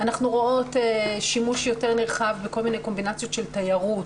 אנחנו רואות שימוש יותר נרחב בכל מיני קומבינציות של תיירות